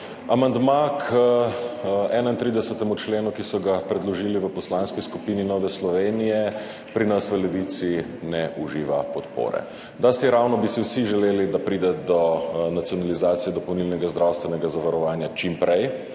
Amandma k 31. členu, ki so ga predložili v Poslanski skupini Nove Slovenije pri nas v Levici ne uživa podpore. Dasiravno bi si vsi želeli, da pride do nacionalizacije dopolnilnega zdravstvenega zavarovanja čim prej